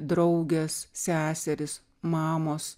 draugės seserys mamos